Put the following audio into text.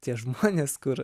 tie žmonės kur